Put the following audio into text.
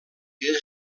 que